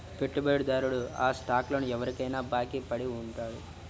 పెట్టుబడిదారుడు ఆ స్టాక్లను ఎవరికైనా బాకీ పడి ఉంటాడు